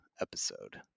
episode